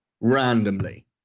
randomly